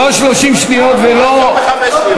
לא 30 שניות, 35 שניות.